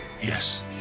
Yes